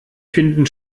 finden